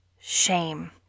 shame